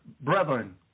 brethren